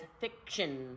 fiction